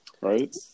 Right